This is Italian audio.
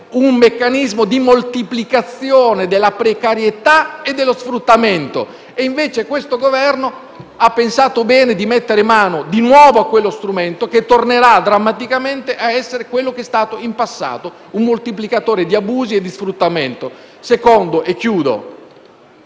un meccanismo di moltiplicazione della precarietà e dello sfruttamento. E invece questo Governo ha pensato bene di mettere mano di nuovo a tale strumento, che tornerà drammaticamente a essere quello che è stato in passato: un moltiplicatore di abusi e di sfruttamento. C'è poi un